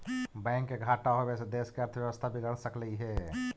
bank के घाटा होबे से देश के अर्थव्यवस्था बिगड़ सकलई हे